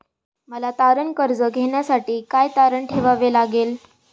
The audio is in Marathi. मला तारण कर्ज घेण्यासाठी काय तारण ठेवावे लागेल?